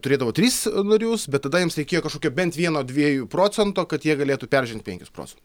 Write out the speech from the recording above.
turėdavo tris narius bet tada jiems reikėjo kažkokio bent vieno dviejų procento kad jie galėtų peržengti penkis procentus